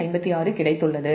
56 கிடைத்துள்ளது